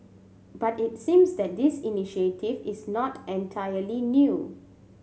but it seems that this initiative is not entirely new